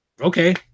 okay